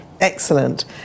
Excellent